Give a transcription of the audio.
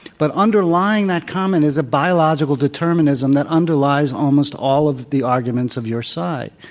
but underlying that comment is a biological determinism that underlies almost all of the arguments of your side.